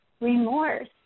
remorse